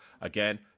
Again